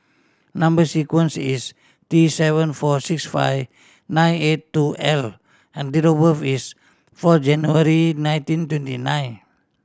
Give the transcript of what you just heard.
number sequence is T seven four six five nine eight two L and date of birth is four January nineteen twenty nine